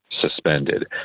suspended